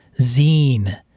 Zine